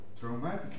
traumatic